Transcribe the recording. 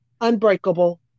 unbreakable